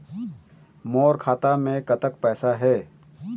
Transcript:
मोर खाता मे कतक पैसा हे?